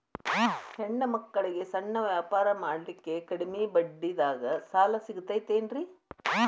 ಹೆಣ್ಣ ಮಕ್ಕಳಿಗೆ ಸಣ್ಣ ವ್ಯಾಪಾರ ಮಾಡ್ಲಿಕ್ಕೆ ಕಡಿಮಿ ಬಡ್ಡಿದಾಗ ಸಾಲ ಸಿಗತೈತೇನ್ರಿ?